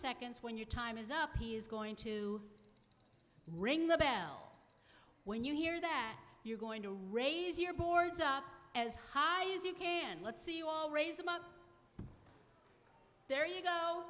seconds when your time is up he is going to ring the bell when you hear that you're going to raise your boards up as high as you can let's see you all raise him up there you go